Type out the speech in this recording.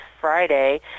Friday